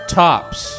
tops